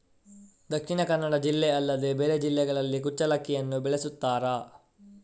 ದಕ್ಷಿಣ ಕನ್ನಡ ಜಿಲ್ಲೆ ಅಲ್ಲದೆ ಬೇರೆ ಜಿಲ್ಲೆಗಳಲ್ಲಿ ಕುಚ್ಚಲಕ್ಕಿಯನ್ನು ಬೆಳೆಸುತ್ತಾರಾ?